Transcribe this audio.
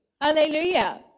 Hallelujah